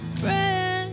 breath